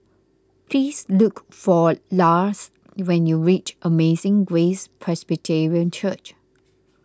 please look for Lars when you reach Amazing Grace Presbyterian Church